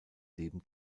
leben